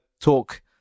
talk